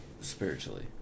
Spiritually